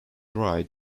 ride